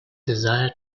desire